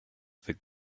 that